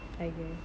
I guess